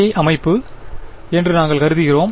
ஐ அமைப்பு என்று நாங்கள் கருதுகிறோம்